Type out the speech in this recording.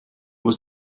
was